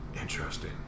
interesting